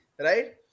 Right